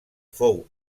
fou